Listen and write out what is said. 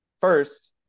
first